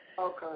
Okay